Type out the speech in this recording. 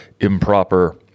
improper